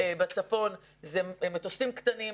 בצפון זה מטוסים קטנים,